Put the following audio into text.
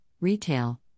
retail